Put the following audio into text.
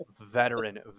veteran